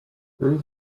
through